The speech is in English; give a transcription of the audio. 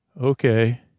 okay